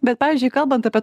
bet pavyzdžiui kalbant apie